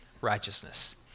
righteousness